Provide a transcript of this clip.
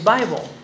Bible